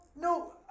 No